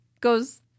goes